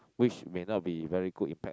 which may not be very good impact lah